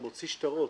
זה מוציא שטרות.